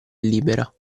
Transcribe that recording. libera